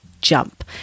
jump